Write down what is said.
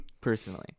Personally